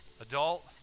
adult